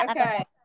Okay